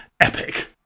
epic